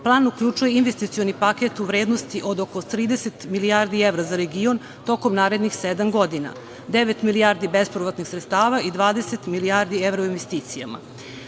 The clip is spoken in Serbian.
Plan uključuje investicioni paket u vrednosti od oko 30 milijardi evra za region tokom narednih sedam godina. Devet milijardi bespovratnih sredstva i 20 milijardi evra u investicijama.